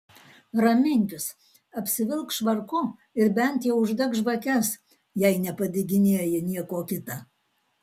raminkis apsivilk švarku ir bent jau uždek žvakes jei nepadeginėji nieko kita